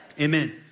Amen